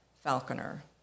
falconer